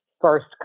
first